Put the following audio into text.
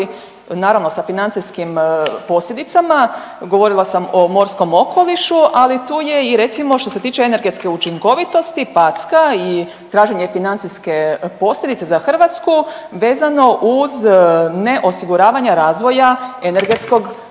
naravno sa financijskim posljedicama, govorila sam o morskom okolišu, ali tu je i recimo što se tiče energetske učinkovitosti packa i traženje financijske posljedice za Hrvatsku vezano neosiguravanje razvoja energetskog